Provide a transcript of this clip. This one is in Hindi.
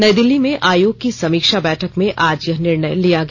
नई दिल्ली में आयोग की समीक्षा बैठक में आज यह निर्णय लिया गया